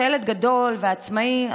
כשהילד גדול ועצמאי,